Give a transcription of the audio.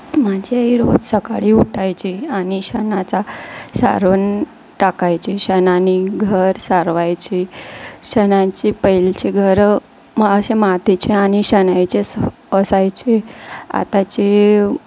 माझी आई रोज सकाळी उठायची आणि शेणाचा सारवण टाकायची शेणाने घर सारवायची शेणाचे पहिलीची घरं अशी मातीचे आणि शेणाचे स असायचे आताचे